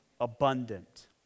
abundant